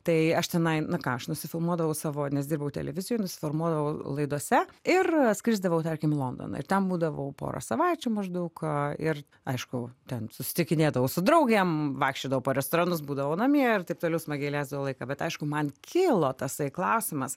tai aš tenai na ką aš nusifilmuodavau savo nes dirbau televizijoj nusifilmuodavau laidose ir atskrisdavau tarkim į londoną ir ten būdavau porą savaičių maždaug ir aišku ten susitikinėdavau su draugėm vaikščiodavau po restoranus būdavau namie ir taip toliau smagiai leisdavau laiką bet aišku man kilo tasai klausimas